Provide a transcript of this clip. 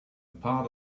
part